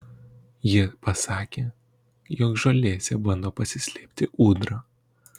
ji pasakė jog žolėse bando pasislėpti ūdra